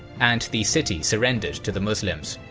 and the city surrendered to the muslims.